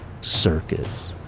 Circus